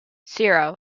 zero